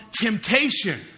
temptation